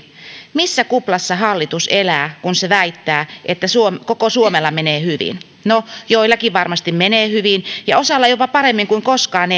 missä kuplassa hallitus elää kun se väittää että koko suomella menee hyvin no joillakin varmasti menee hyvin ja osalla jopa paremmin kuin koskaan